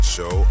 Show